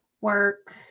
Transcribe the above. work